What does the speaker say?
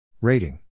Rating